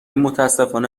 متأسفانه